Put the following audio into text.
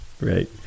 right